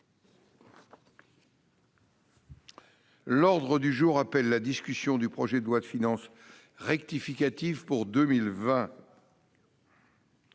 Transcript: L'ordre du jour appelle la discussion du projet de loi de finances rectificative pour 2020